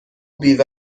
بیوه